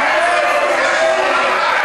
גזען ובור,